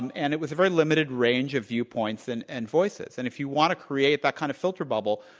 and and it was a very limited range of viewpoints and and voices. and if you want to create that kind of filter bubble,